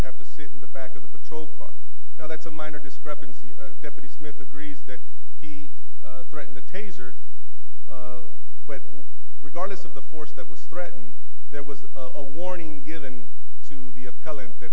have to sit in the back of the patrol car now that's a minor discrepancy deputy smith agrees that he threatened the taser but regardless of the force that was threatened there was a warning given to the appellant that